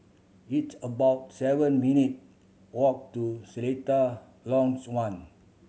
it's about seven minute walk to Seletar Longs One